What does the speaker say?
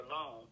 alone